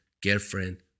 girlfriend